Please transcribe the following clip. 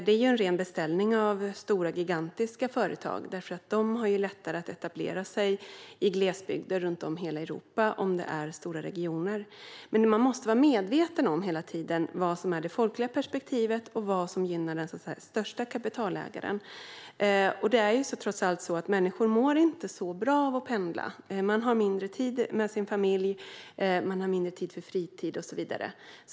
Det är en ren beställning från gigantiska företag, som har lättare att etablera sig i glesbygder runt om i hela Europa om det är stora regioner. Men man måste hela tiden vara medveten om vad som är det folkliga perspektivet och vad som gynnar den största kapitalägaren. Människor mår trots allt inte bra av att pendla. De får mindre tid för sin familj, fritid och så vidare.